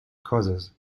causes